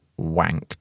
wanked